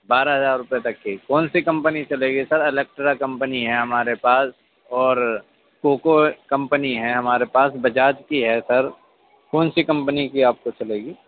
بارہ ہزار روپیے تک کی کون سی کمپنی چلے گی سر الیکٹرا کمپنی ہے ہمارے پاس اور کوکو کمپنی ہے ہمارے پاس بجاج کی ہے سر کون سی کمپنی کی آپ کو چلے گی